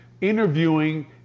interviewing